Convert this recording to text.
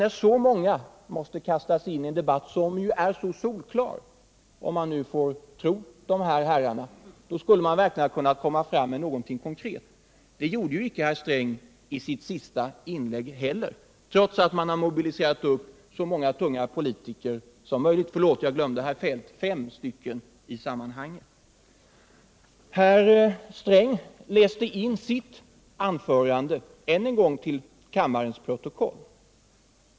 När så många måste kastas in i en debatt, som ju är så solklar — om man nu får tro dessa herrar — skulle de väl ha kunnat komma fram med någonting konkret. Men det gjorde inte heller herr Sträng i sitt senaste inlägg, trots att man mobiliserat så många tunga politiker som möjligt. Förlåt, jag glömde herr Feldt. Fem socialdemokrater har alltså uppträtt i detta sammanhang. Herr Sträng läste in sitt anförande än en gång till kammarens protokoll.